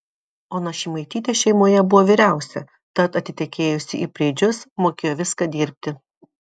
ona šimaitytė šeimoje buvo vyriausia tad atitekėjusi į preidžius mokėjo viską dirbti